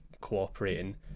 cooperating